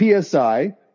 PSI